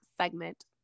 segment